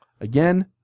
Again